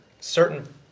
certain